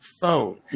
phone